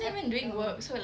ah oh